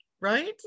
right